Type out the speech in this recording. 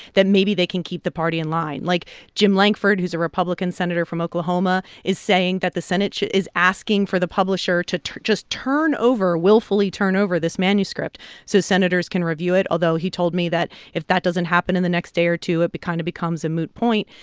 then maybe they can keep the party in line. like jim lankford, who's a republican senator from oklahoma, is saying that the senate is asking for the publisher to just turn over willfully turn over this manuscript so senators can review it. although, he told me that if that doesn't happen in the next day or two, it but kind of becomes a moot point.